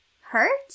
hurt